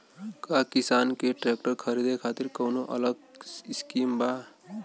का किसान के ट्रैक्टर खरीदे खातिर कौनो अलग स्किम बा?